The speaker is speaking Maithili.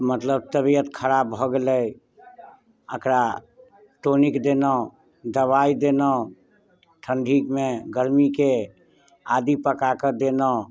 मतलब तबियत खराप भऽ गेलै अकरा टोनिक देलहुँ दवाइ देलहुँ ठण्डीमे गर्मीके आदी पकाकऽ देलहुँ